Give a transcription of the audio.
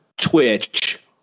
Twitch